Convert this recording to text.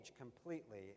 completely